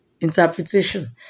interpretation